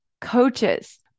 coaches